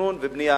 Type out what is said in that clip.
תכנון ובנייה.